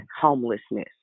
homelessness